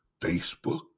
Facebook